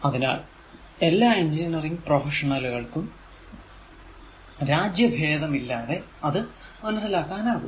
അതിനാൽ എല്ലാ engineering professional കൾക്കും രാജ്യ ഭേദമില്ലാതെ അത് മനസ്സിലാക്കാൻ ആകും